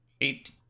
eight